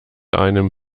einem